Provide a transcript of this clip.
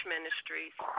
Ministries